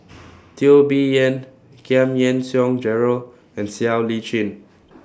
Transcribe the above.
Teo Bee Yen Giam Yean Song Gerald and Siow Lee Chin